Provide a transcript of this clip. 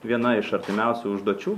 viena iš artimiausių užduočių